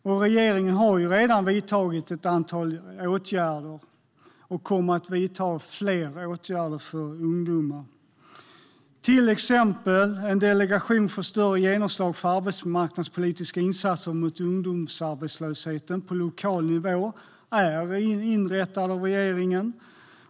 Och regeringen har redan vidtagit ett antal åtgärder och kommer att vidta fler åtgärder för ungdomar. Till exempel är en delegation för större genomslag för arbetsmarknadspolitiska insatser mot ungdomsarbetslösheten på lokal nivå inrättad av regeringen.